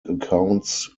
accounts